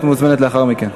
את מוזמנת לאחר מכן.